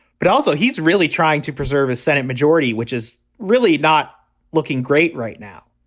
but also he's really trying to preserve a senate majority, which is really not looking great right now.